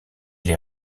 les